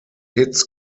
hits